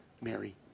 Mary